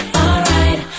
alright